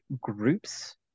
groups